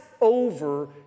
over